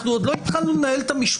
אנחנו עוד לא התחלנו לנהל את המשפט.